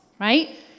right